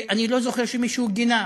אני לא זוכר שמישהו גינה,